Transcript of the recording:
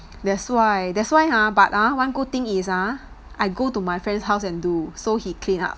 that's why that's why ah but ah one good thing is ah I go to my friend's house and do so he clean up